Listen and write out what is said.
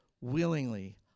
willingly